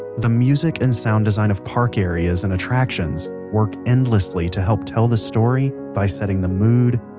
the music and sound design of park areas and attractions work endlessly to help tell the story by setting the mood,